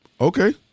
okay